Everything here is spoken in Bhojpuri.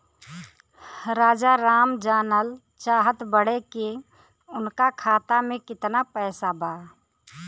राजाराम जानल चाहत बड़े की उनका खाता में कितना पैसा बा?